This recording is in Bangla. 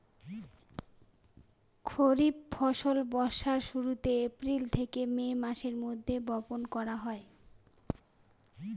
খরিফ ফসল বর্ষার শুরুতে, এপ্রিল থেকে মে মাসের মধ্যে, বপন করা হয়